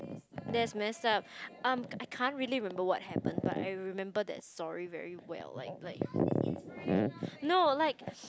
that's messed up um I can't really remember what happened but I remember that story very well like like no like